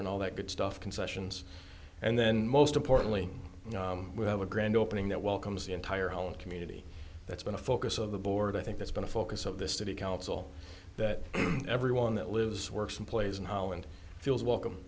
and all that good stuff concessions and then most importantly we have a grand opening that welcomes the entire home community that's been a focus of the board i think that's been a focus of this city council that everyone that lives works and plays in holland feels w